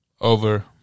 Over